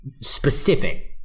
specific